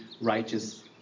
righteous